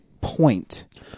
point